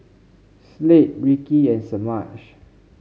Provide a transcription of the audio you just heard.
Slade Ricci and Semaj